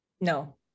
no